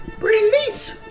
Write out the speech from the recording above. Release